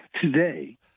today